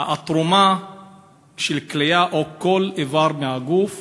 התרומה של כליה או כל איבר מהגוף